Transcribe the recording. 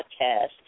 podcast